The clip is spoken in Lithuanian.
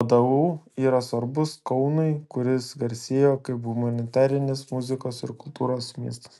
vdu yra svarbus kaunui kuris garsėjo kaip humanitarinis muzikos ir kultūros miestas